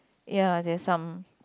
ya there's some